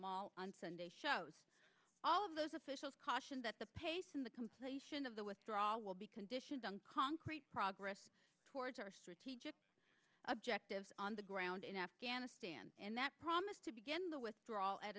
all on sunday shows all of those officials caution that the pace in the completion of the withdrawal will be conditioned on concrete progress towards our strategic objectives on the ground in afghanistan and that promise to begin the withdrawal at